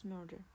murder